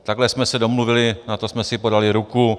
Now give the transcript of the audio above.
Takhle jsme se domluvili, na to jsme si podali ruku.